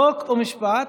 חוק ומשפט,